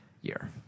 year